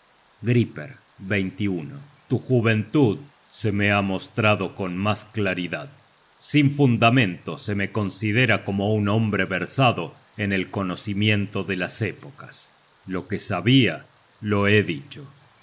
griper tu juventud se me ha mostrado con mas claridad sin fundamento se me considera como un hombre versado en el conocimiento de las épocas lo que sabia lo he dicho